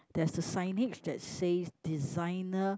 there's a signage that says designer